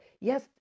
Yes